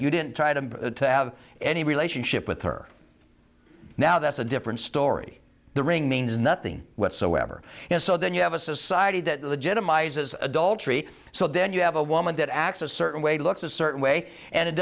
you didn't try to have any relationship with her now that's a different story the ring means nothing whatsoever and so then you have a society that legitimizes adultery so then you have a woman that acts a certain way looks a certain way and it